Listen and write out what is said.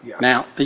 Now